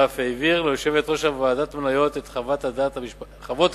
ואף העביר ליושבת-ראש ועדת המניות את חוות הדעת